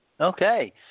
Okay